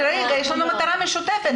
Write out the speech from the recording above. יש לנו מטרה משותפת.